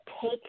take